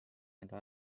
nende